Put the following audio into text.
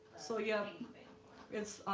so yeah it's